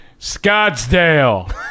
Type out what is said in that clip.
Scottsdale